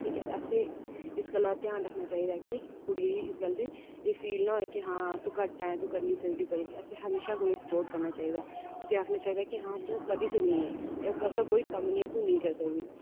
ठीक ऐ वैसे इस गल्ला दा ध्यान रक्खना चाहिदा कि कुडियें गी एह् फील निं होऐ कि तूं घट्ट ऐ तू करी नेईं सकदी असें म्हेशां कुड़ी गी स्पोर्ट करना चाहिदा उसी आखना चाहिदा कि हां तूं करी सकनी ऐ ऐसा कोई कम्म नेईं जेहड़ा तूं नेईं करी सकनी ऐ